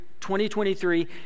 2023